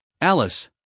Alice